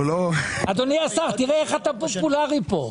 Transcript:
אדוני השר, תראה איך אתה פופולרי פה.